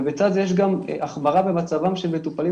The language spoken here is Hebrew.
ובצד זה יש גם החמרה במצבם של מטופלים